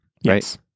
Yes